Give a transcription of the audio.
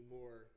more